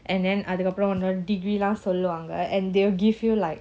and then அதுகபுரம்வந்து:adhukapuram vandhu degree lah சொல்வாங்க:solvanga and they will give you like